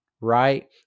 right